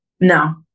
No